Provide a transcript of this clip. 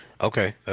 Okay